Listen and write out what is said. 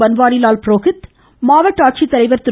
பன்வாரிலால் புரோஹித் மாவட்ட ஆட்சித்தலைவர் திரு